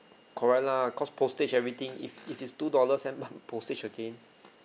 correct lah cause postage everything if it is two dollars then plus postage again